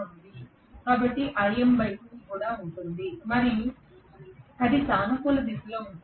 కాబట్టి కూడా ఉంటుంది మరియు అది సానుకూల దిశలో ఉంటుంది